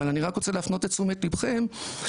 אבל אני רק רוצה להפנות את תשומת לבכם לכך,